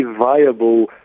viable